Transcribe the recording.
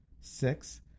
Six